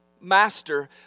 master